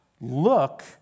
Look